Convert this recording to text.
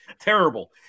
terrible